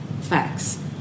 facts